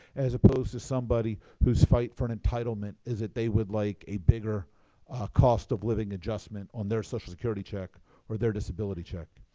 as opposed to somebody whose fight for an entitlement is that they would like a bigger cost of living adjustment on their social security check or their disability check.